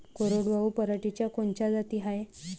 कोरडवाहू पराटीच्या कोनच्या जाती हाये?